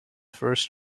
first